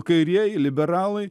kairieji liberalai